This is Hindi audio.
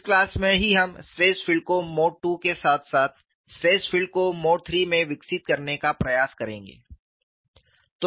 इस क्लास में ही हम स्ट्रेस फील्ड को मोड II के साथ साथ स्ट्रेस फील्ड को मोड III में विकसित करने का प्रयास करेंगे